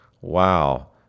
wow